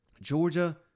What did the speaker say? georgia